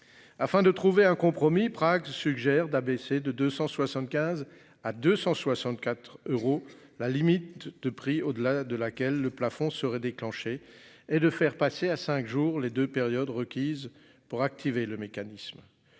Afin de trouver un compromis Prague suggère d'abaisser de 275 à 264 euros. La limite de prix au-delà de laquelle le plafond serait déclenché et de faire passer à 5 jours les deux périodes requises pour activer le mécanisme.